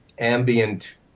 Ambient